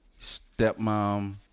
stepmom